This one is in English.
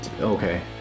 okay